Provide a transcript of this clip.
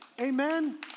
Amen